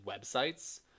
websites